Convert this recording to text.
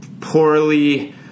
poorly